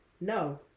no